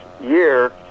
year